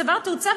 צבר תאוצה,